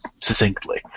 succinctly